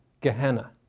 Gehenna